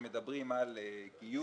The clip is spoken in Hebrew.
שמדברות על גיוס.